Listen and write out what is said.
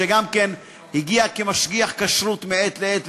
שגם הוא הגיע כמשגיח כשרות מעת לעת,